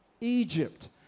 Egypt